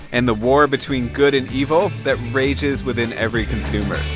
and the war between good and evil that rages within every consumer